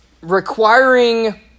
requiring